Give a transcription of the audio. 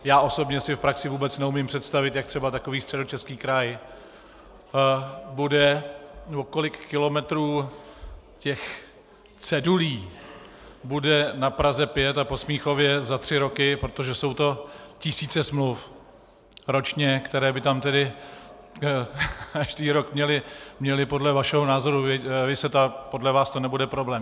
Já osobně si v praxi vůbec neumím představit, jak třeba takový Středočeský kraj bude, nebo kolik kilometrů těch cedulí bude na Praze 5 a po Smíchově za tři roky, protože to jsou tisíce smluv ročně, které by tam tedy každý rok měly podle vašeho názoru viset, a podle vás to nebude problém.